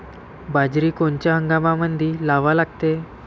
बाजरी कोनच्या हंगामामंदी लावा लागते?